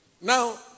Now